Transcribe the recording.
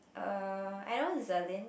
um I know Zelyn